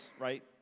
right